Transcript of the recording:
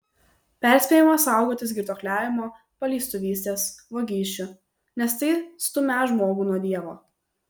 perspėjama saugotis girtuokliavimo paleistuvystės vagysčių nes tai stumią žmogų nuo dievo